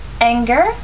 anger